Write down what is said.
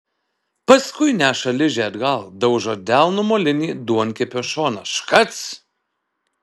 paskui neša ližę atgal daužo delnu molinį duonkepio šoną škac